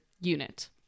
unit